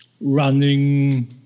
running